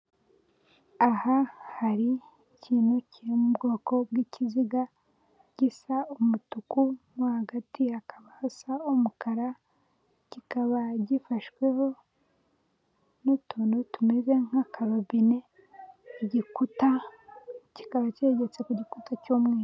Aha hari ikintu kiri mu bwoko bw'ikiziga gisa umutuku mo hagati hakaba hasa umukara kikaba gifashweho n'utuntu tumeze nk'akarobine igikuta, kikaba cyegetse ku gikuta cy'umweru.